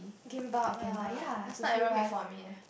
kimbab ah last night Aaron make for me eh